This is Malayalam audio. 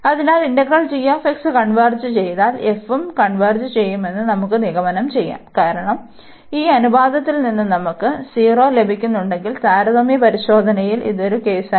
അതിനാൽ ഇന്റഗ്രൽ g കൺവെർജ് ചെയ്താൽ f ഉം കൺവെർജ് ചെയ്യുമെന്ന് നമുക്ക് നിഗമനം ചെയ്യാം കാരണം ഈ അനുപാതത്തിൽ നിന്ന് നമുക്ക് 0 ലഭിക്കുന്നുണ്ടെങ്കിൽ താരതമ്യ പരിശോധനയിൽ ഇത് ഒരു കേസായിരുന്നു